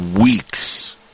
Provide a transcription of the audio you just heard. weeks